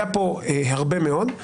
היה כאן הרבה מאוד.